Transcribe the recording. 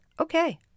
Okay